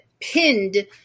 pinned